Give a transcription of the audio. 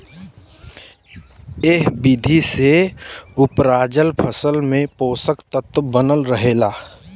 एह विधि से उपराजल फसल में पोषक तत्व बनल रहेला